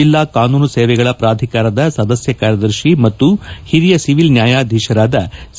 ಜಿಲ್ಲಾ ಕಾನೂನು ಸೇವೆಗಳ ಪ್ರಾಧಿಕಾರದ ಸದಸ್ಯ ಕಾರ್ಯದರ್ಶಿ ಮತ್ತು ಹಿರಿಯ ಸಿವಿಲ್ ನ್ನಾಯಾಧೀತರಾದ ಸಿ